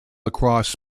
lacrosse